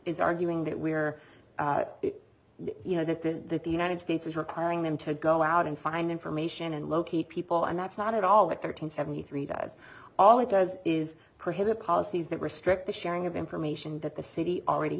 is arguing that we are you know that the united states is requiring them to go out and find information and locate people and that's not at all what thirteen seventy three does all it does is prohibit policies that restrict the sharing of information that the city already